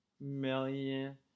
million